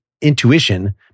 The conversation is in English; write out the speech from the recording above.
intuition